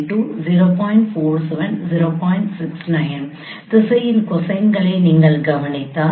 69 திசையின் கொசைனை நீங்கள் கவனித்தால்